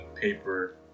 paper